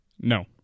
No